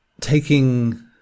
taking